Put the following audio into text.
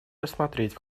рассмотреть